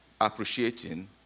appreciating